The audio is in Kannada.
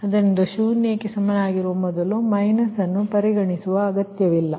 ಆದ್ದರಿಂದ ಶೂನ್ಯಕ್ಕೆ ಸಮನಾಗಿರುವ ಮೊದಲು ಮೈನಸ್ ಅನ್ನು ಪರಿಗಣಿಸುವ ಅಗತ್ಯವಿಲ್ಲ